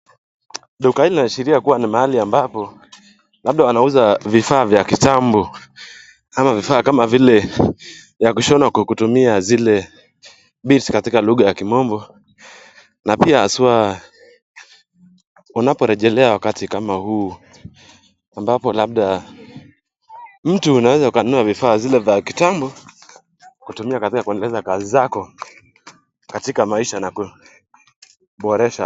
Duka hili linaashiria kuwa ni mahali ambapo labda wanauza vifaa vya kitambo, ama vifaa kama vile ya kushona kwa kutumia zile beads katika lugha ya kimombo na pia haswa unaporejelea wakati kama huu ambapo labda mtu unaweza ukanunua vifaa zile za kitambo, kutumia katika kuendeleza kazi zako katika maisha na kuboresha.